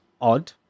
odd